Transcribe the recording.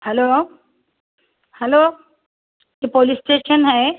hello آپ hello یہ police station ہے